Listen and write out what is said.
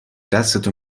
دستتو